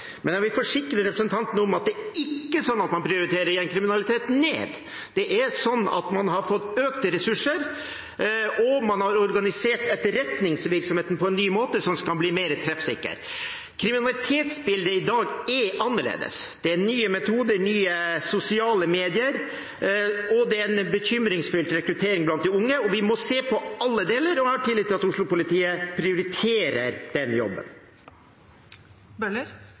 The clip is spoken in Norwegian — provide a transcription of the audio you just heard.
Men jeg vil forsikre representanten om at man ikke nedprioriterer gjengkriminaliteten. Man har fått økte ressurser, og man har organisert etterretningsvirksomheten på en ny måte, slik at den skal bli mer treffsikker. Kriminalitetsbildet i dag er annerledes. Det er nye metoder og nye sosiale medier, og det er en bekymringsfull rekruttering blant de unge. Vi må se på alle deler, og jeg har tillit til at Oslo-politiet prioriterer den